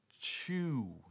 chew